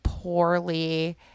poorly